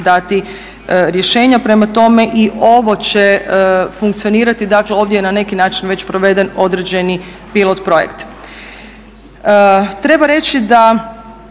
dati rješenja. Prema tome i ovo će funkcionirati, dakle ovdje je na neki način već proveden određeni pilot projekt. Treba reći da